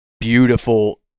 beautiful